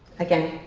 again,